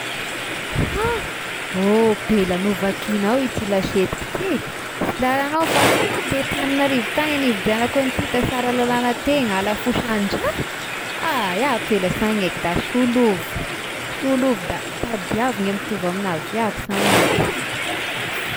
Ah ôh pela novakianao ity lasety ko ity, sy lalagnao fa te Tanignarivo tagny nividiagnako an'ity, te Saralalagna tegny, halafosan-draha, iaho pela sy hanaiky da soloivy, soloivy da tadiavo ny a mitovy amignazy fa iaho sy agnaiky.